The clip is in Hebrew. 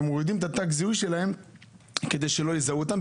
ומורידים את תג הזיהוי שלהם כדי שלא יזהו אותם,